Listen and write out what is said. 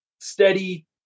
steady